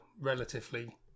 relatively